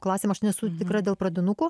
klasėm aš nesu tikra dėl pradinukų